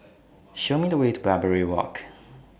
Show Me The Way to Barbary Walk